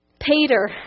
Peter